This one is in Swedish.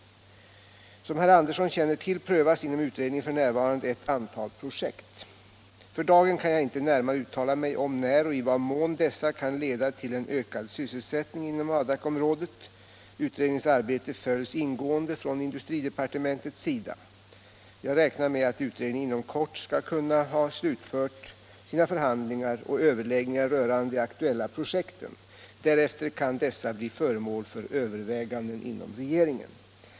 Som herr Andersson känner till prövas inom utredningen f.n. ett antal projekt. För dagen kan jag inte närmare uttala mig om när och i vad mån dessa kan leda till en ökad sysselsättning inom Adakområdet. Utredningens arbete följs ingående från industridepartementets sida. Jag räknar med att utredningen inom kort skall kunna ha slutfört sina förhandlingar och överläggningar rörande de aktuella projekten. Därefter kan dessa bli föremål för överväganden inom regeringen.